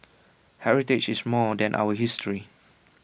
heritage is more than our history